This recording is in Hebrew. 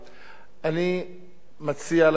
אני מציע לממשלה לרדת